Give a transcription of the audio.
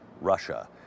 Russia